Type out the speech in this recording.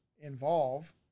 involve